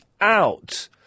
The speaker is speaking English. out